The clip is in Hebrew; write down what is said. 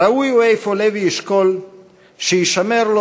ראוי הוא אפוא לוי אשכול שיישמר לו